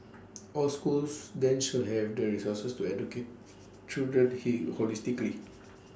all schools then should have the resources to educate children he holistically